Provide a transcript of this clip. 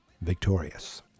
victorious